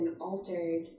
altered